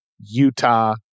Utah